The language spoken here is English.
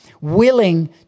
willing